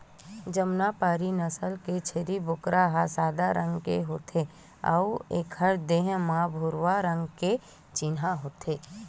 जमुनापारी नसल के छेरी बोकरा ह सादा रंग के होथे अउ एखर देहे म भूरवा रंग के चिन्हा होथे